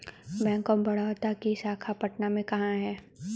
Bank of Baroda की शाखा पटना में कहाँ है?